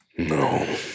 No